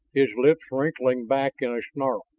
his lips wrinkling back in a snarl.